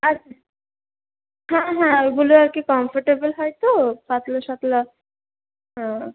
আচ্ছা হ্যাঁ হ্যাঁ ওইগুলো আর কি কমফর্টেবল হয় তো পাতলা শাতলা হ্যাঁ